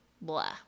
blah